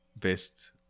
best